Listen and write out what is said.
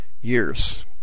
years